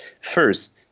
First